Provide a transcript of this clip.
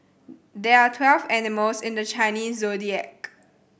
there are twelve animals in the Chinese Zodiac